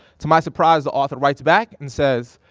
to my surprise, the author writes back and says,